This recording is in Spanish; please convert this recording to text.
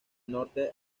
norte